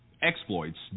exploits